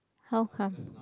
how come